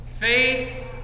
faith